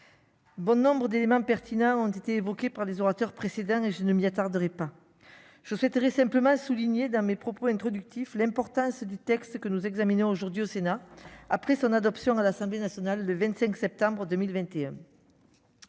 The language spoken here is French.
Bon nombres d'éléments pertinents ont été évoquées par les orateurs précédents et je ne m'y attarderai pas je souhaiterais simplement souligné dans mes propos introductifs l'importance du texte que nous examinons aujourd'hui au Sénat, après son adoption à l'Assemblée nationale le 25 septembre 2021